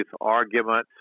arguments